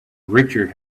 richard